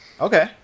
Okay